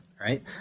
right